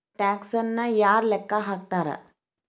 ಟ್ಯಾಕ್ಸನ್ನ ಯಾರ್ ಲೆಕ್ಕಾ ಹಾಕ್ತಾರ?